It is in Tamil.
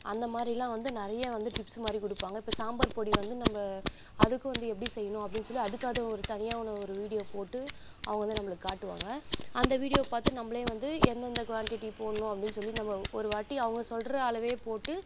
அந்த மாதிரிலாம் வந்து நிறைய வந்து டிப்ஸு மாதிரி கொடுப்பாங்க இப்போ சாம்பார் பொடி வந்து நம்ம அதுக்கும் வந்து எப்படி செய்யணும் அப்படின்னு சொல்லி அதுக்கு அது ஒரு தனியாக ஒன்று ஒரு வீடியோ போட்டு அவங்க வந்து நம்மளுக்கு காட்டுவாங்க அந்த வீடியோவை பார்த்து நம்மளே வந்து எந்தெந்த குவான்டிட்டி போடணும் அப்படின்னு சொல்லி நம்ம ஒரு வாட்டி அவங்க சொல்கிற அளவேப் போட்டு